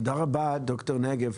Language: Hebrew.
תודה רבה, ד"ר נגב.